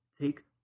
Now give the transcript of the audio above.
take